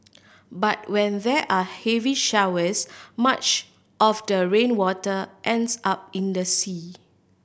but when there are heavy showers much of the rainwater ends up in the sea